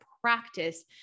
practice